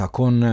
con